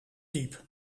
diep